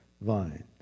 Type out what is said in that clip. vine